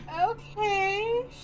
okay